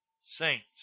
saints